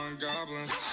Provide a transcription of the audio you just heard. goblins